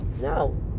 No